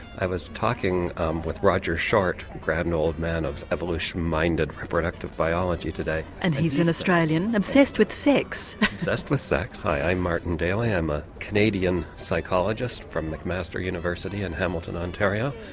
i was talking um with roger short, short, grand old man of evolution, mind and reproductive biology, today. and he's an australian obsessed with sex. obsessed with sex. hi, i'm martin daly, i'm a canadian psychologist from mcmaster university in hamilton, ontario.